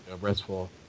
restful